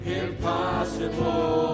impossible